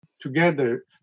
together